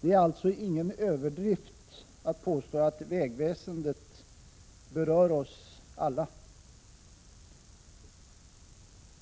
Det är alltså ingen överdrift att påstå att vägväsendet berör oss alla.